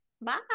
Bye